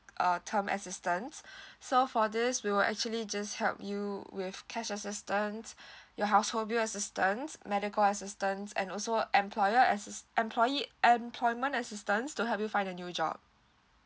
uh term assistance so for this we will actually just help you with cash assistance your household bill assistance medical assistance and also employer assist employee employment assistance to help you find a new job